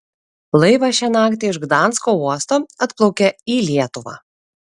laivas šią naktį iš gdansko uosto atplaukė į lietuvą